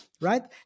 right